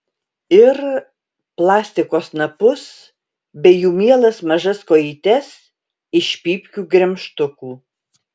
ir plastiko snapus bei jų mielas mažas kojytes iš pypkių gremžtukų